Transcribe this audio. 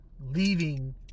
leaving